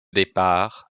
départ